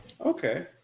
Okay